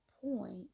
point